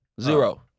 Zero